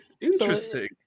Interesting